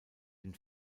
den